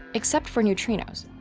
except for neutrinos.